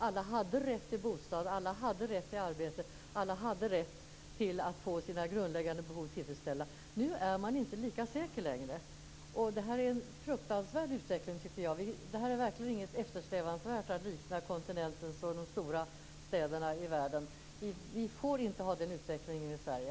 Alla hade rätt till bostad, alla hade rätt till arbete, alla hade rätt att få sina grundläggande behov tillfredsställda. Nu är man inte lika säker längre. Det här är en fruktansvärd utveckling. Det är verkligen inte eftersträvansvärt att likna kontinentens stora städer och andra stora städer i världen. Vi får inte ha den utvecklingen i Sverige.